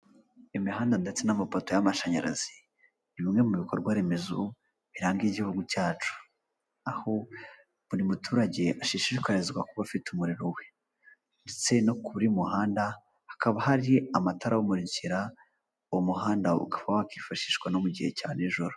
Imihanda ndetse n'amapoto y'amashanyarazi, ni bimwe mu bikorwa remezo biranga igihugu cyacu, aho buri muturage ashishikarizwa kuba afite umuriro iwe ndetse no kuri buri muhanda hakaba hari amatara uwumurikira, uwo muhanda ukaba wakifashishwa no mu gihe cya nijoro.